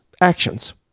actions